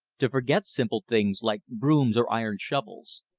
to forget simple things, like brooms or iron shovels.